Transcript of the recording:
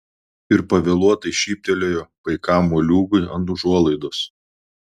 ir pavėluotai šyptelėjo paikam moliūgui ant užuolaidos